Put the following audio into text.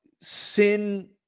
sin